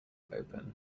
open